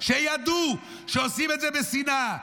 שידעו שעושים את זה משנאה.